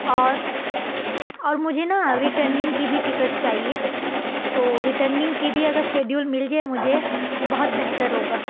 اور اور مجھے نا ریٹرنگ کی بھی ٹکٹ چاہیے تو ریٹرنگ کی بھی اگر شیڈیول مل جائے مجھے تو بہت بہتر ہوگا